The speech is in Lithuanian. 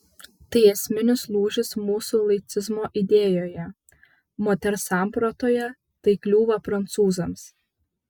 tai esminis lūžis mūsų laicizmo idėjoje moters sampratoje tai kliūva prancūzams